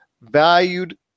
valued